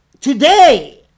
Today